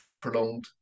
prolonged